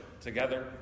together